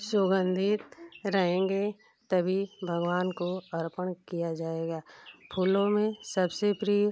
सुगंधित रहेंगे तभी भगवान को अर्पण किया जाएगा फूलों में सबसे प्रिय